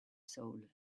soul